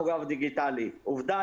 עובדה,